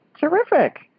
terrific